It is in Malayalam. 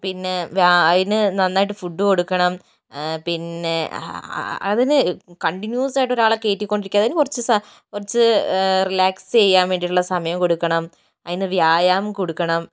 പിന്നെ അതിന് നന്നായിട്ട് ഫുഡ് കൊടുക്കണം പിന്നെ ആ അതിനു കണ്ടിന്യൂസായിട്ട് ഒരാളെ കയറ്റിക്കൊണ്ടിരിക്കാതെ അതിനു കുറച്ച് കുറച്ച് റിലാക്സ് ചെയ്യാൻ വേണ്ടിയിട്ടുള്ള സമയം കൊടുക്കണം അതിനു വ്യായാമം കൊടുക്കണം